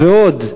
ועוד,